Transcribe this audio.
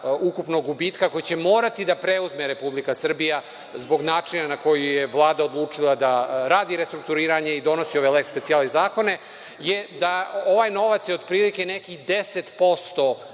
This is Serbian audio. ukupnog gubitka koji će morati da preuzme Republika Srbija, zbog načina na koji je Vlada odlučila da radi restrukturiranje i donosi ovaj „leks specijalis“, je da ovaj novac je otprilike nekih 10%